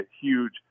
huge